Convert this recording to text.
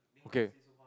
okay